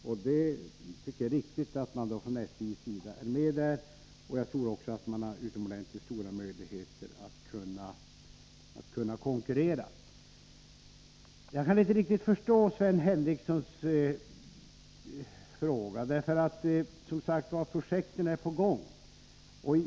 Det är alltså riktigt att SJ är med där, och jag tror också att man har utomordentligt stora möjligheter att kunna konkurrera. Jag kan inte riktigt förstå Sven Henricssons fråga, med tanke på att projekten redan är på gång.